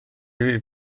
fydd